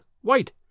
white